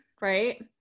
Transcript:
right